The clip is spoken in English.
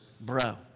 bro